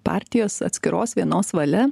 partijos atskiros vienos valia